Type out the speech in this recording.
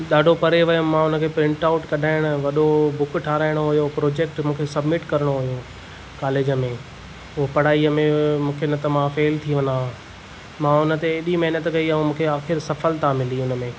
ॾाढो परे वयुमि मां उन खे प्रिंट आउट कढाइण वॾो बुक ठाराइणो हुओ प्रोजेक्ट मूंखे सब्मिट करणो हुओ कॉलेज में उहो पढ़ाईअ में मूंखे न त मां फेल थी वञां हां मां उनते हेॾी महिनत कई ऐं मूंखे आख़िरि सफलता मिली उन में